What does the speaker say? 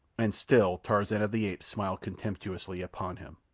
and still tarzan of the apes smiled contemptuously upon him.